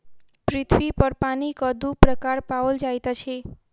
पृथ्वी पर पानिक दू प्रकार पाओल जाइत अछि